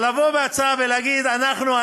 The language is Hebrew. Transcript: אבל לבוא בהצעה ולהגיד: אנחנו,